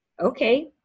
Okay